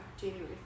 January